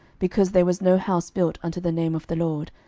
because there was no house built unto the name of the lord,